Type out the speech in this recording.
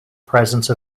presence